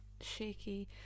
shaky